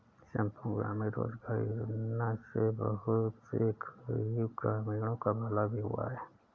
संपूर्ण ग्रामीण रोजगार योजना से बहुत से गरीब ग्रामीणों का भला भी हुआ है